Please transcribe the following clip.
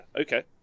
okay